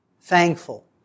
thankful